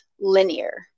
linear